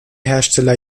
hersteller